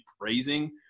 praising